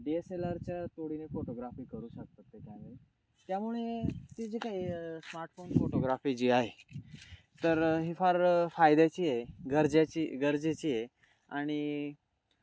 D S L आरच्या तोडीने photography करू शकतात ते कॅमे त्यामुळे ती जी काही स्मार्टफोन फोटोग्राफी जी आहे तर ही फार फायद्याची आहे गरजेची गरजेची आहे आणि